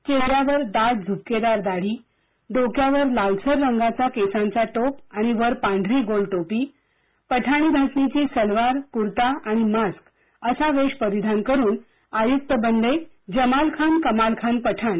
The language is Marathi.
चेहऱ्यावर दाट झूबकेदार दाढी डोक्यावर लालसर रंगाचा केसांचा टोप आणि वर पांढरी गोल टोपीपठाणी धाटणीची सलवारकूर्ता आणि मास्क असा वेष परिधान करून आयुक्त बनले जमालखान कमालखान पठाण